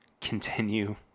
continue